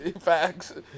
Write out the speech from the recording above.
Facts